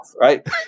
right